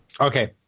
Okay